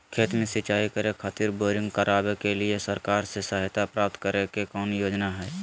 खेत में सिंचाई करे खातिर बोरिंग करावे के लिए सरकार से सहायता प्राप्त करें के कौन योजना हय?